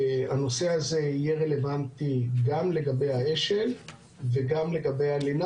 הנושא הזה יהיה רלוונטי גם לגבי האש"ל וגם לגבי הלינה,